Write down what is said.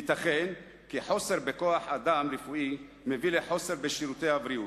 ייתכן כי חוסר בכוח-אדם רפואי מביא לחוסר בשירותי בריאות,